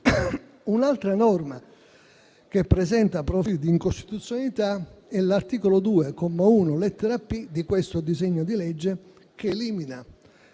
Un'altra norma che presenta profili di incostituzionalità è l'articolo 2, comma 1, lettera *p)*, di questo disegno di legge, che elimina